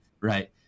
right